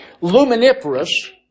Luminiferous